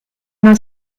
una